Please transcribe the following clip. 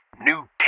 new